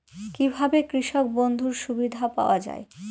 কি ভাবে কৃষক বন্ধুর সুবিধা পাওয়া য়ায়?